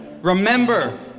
Remember